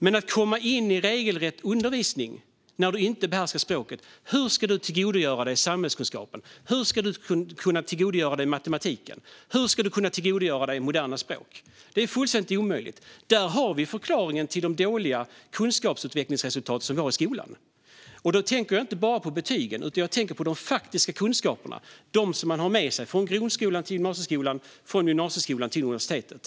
Men hur ska du tillgodogöra dig regelrätt undervisning till exempel i samhällskunskap när du inte behärskar språket? Hur ska du kunna tillgodogöra dig matematiken och moderna språk? Det är fullständigt omöjligt, och där har vi förklaringen till de dåliga kunskapsutvecklingsresultat som vi har i skolan. Då tänker jag inte bara på betygen, utan jag tänker på de faktiska kunskaperna, de kunskaper man har med sig från grundskolan till gymnasieskolan och från gymnasieskolan till universitetet.